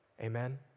Amen